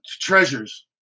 Treasures